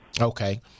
Okay